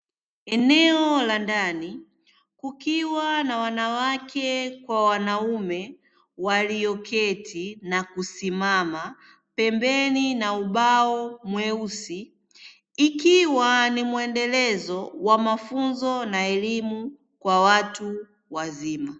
Eneo la ndani, kukiwa na wanawake kwa wanaume walioketi na kusimama pembeni na ubao mweusi. Ikiwa ni muendelezo wa mafunzo na elimu kwa watu wazima.